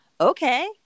okay